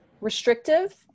restrictive